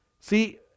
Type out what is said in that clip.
See